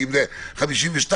כי אם זה 52 אז